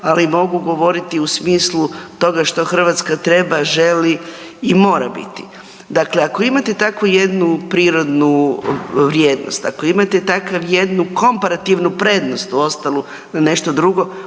ali mogu govoriti u smislu toga što Hrvatska treba, želi i mora biti. Dakle, ako imate tako jednu prirodnu vrijednost, ako imate takvu jednu komparativnu prednost u ostalo na nešto drugo